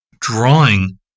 drawing